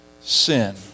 sin